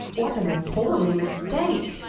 what an appalling mistake!